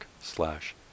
slash